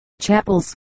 chapels